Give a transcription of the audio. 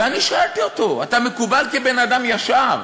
ואני שאלתי אותו: אתה מקובל כבן-אדם ישר,